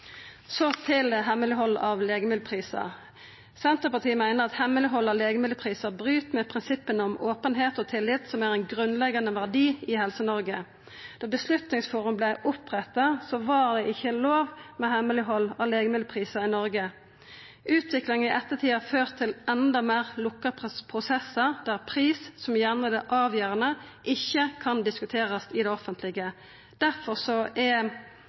Så til hemmeleghald av legemiddelprisar: Senterpartiet meiner at hemmeleghald av legemiddelprisar bryt med prinsippa om openheit og tillit, som er grunnleggjande verdiar i Helse-Noreg. Da Beslutningsforum vart oppretta, var det ikkje lov med hemmeleghald av legemiddelprisar i Noreg. Utviklinga i ettertid har ført til enda meir lukka prosessar, der pris, som gjerne er det avgjerande, ikkje kan diskuterast i det offentlege. Difor er prisen sladda i saksframstillinga, og difor er